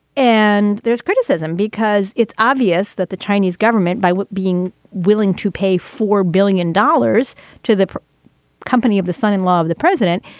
and there's criticism because it's obvious that the chinese government, by being willing to pay four billion dollars to the company of the son in law of the president,